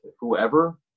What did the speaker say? whoever